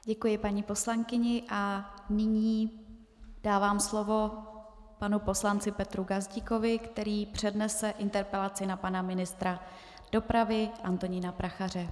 Děkuji paní poslankyni a nyní dávám slovo panu poslanci Petru Gazdíkovi, který přednese interpelaci na pana ministra dopravy Antonína Prachaře.